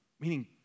Meaning